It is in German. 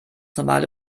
normale